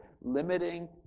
limiting